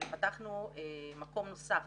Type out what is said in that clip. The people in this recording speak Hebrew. פתחנו מקום נוסף